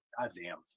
Goddamn